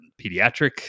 pediatric